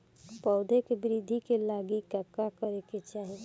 पौधों की वृद्धि के लागी का करे के चाहीं?